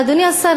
אדוני השר,